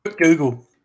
Google